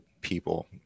people